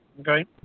okay